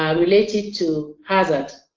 ah related to hazards.